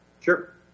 Sure